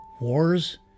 Wars